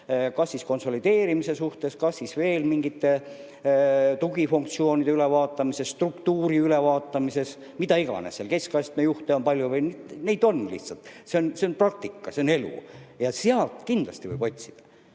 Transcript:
kas siis konsolideerimise suhtes, kas veel mingite tugifunktsioonide ülevaatamise, struktuuri ülevaatamise suhtes, mida iganes, keskastme juhte on palju vms. See on praktika, see on elu ja sealt kindlasti võib seda